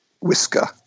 whisker